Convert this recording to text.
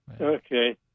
Okay